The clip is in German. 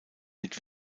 mit